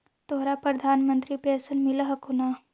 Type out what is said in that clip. तोहरा प्रधानमंत्री पेन्शन मिल हको ने?